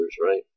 right